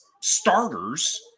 starters